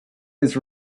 his